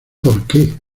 porque